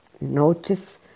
notice